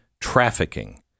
trafficking